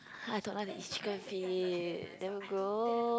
!huh! I don't like to eat chicken feet damn gross